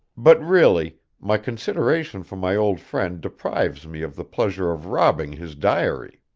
but really, my consideration for my old friend deprives me of the pleasure of robbing his diary.